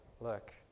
look